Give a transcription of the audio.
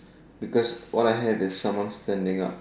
because what I have is someone standing up